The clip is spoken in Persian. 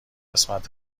قسمت